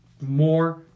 more